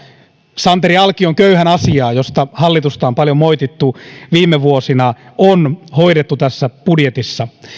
santeri alkion köyhän asiaa josta hallitusta on paljon moitittu viime vuosina on hoidettu tässä budjetissa